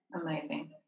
amazing